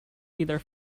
either